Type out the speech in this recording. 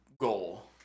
goal